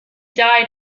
died